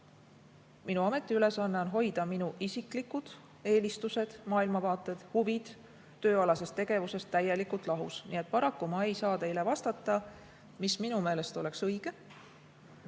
Minu ametiülesanne on hoida on minu isiklikud eelistused, maailmavaated ja huvid tööalasest tegevusest täielikult lahus. Nii et paraku ma ei saa teile vastata, mis minu meelest oleks õige.